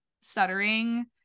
stuttering